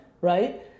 right